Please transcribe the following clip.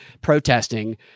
protesting